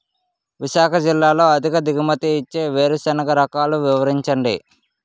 విశాఖ జిల్లాలో అధిక దిగుమతి ఇచ్చే వేరుసెనగ రకాలు వివరించండి?